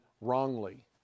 wrongly